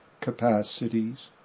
capacities